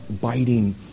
biting